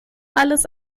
alles